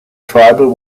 tribal